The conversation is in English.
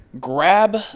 Grab